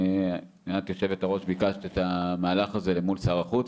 את, יושבת הראש, ביקשת את המהלך הזה למול שר החוץ,